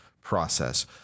process